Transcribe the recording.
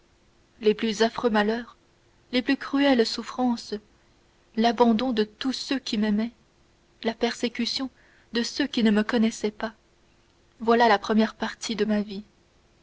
les plus affreux malheurs les plus cruelles souffrances l'abandon de tous ceux qui m'aimaient la persécution de ceux qui ne me connaissaient pas voilà la première partie de ma vie